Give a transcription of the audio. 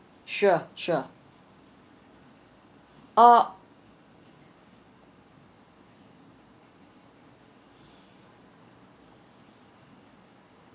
sure sure or